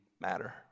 matter